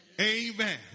amen